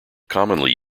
commonly